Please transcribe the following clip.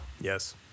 Yes